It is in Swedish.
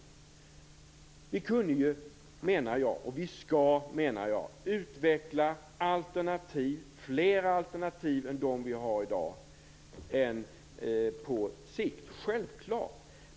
Jag menar att vi på sikt skall utveckla flera alternativ än de som vi har i dag. Det är självklart.